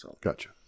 Gotcha